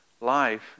life